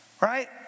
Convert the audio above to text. right